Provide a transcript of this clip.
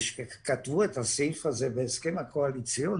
כאשר כתבו את הסעיף הזה בהסכם הקואליציוני,